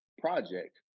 project